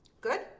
good